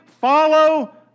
follow